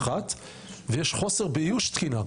ויש חוסר באיוש תקינה.